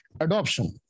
Adoption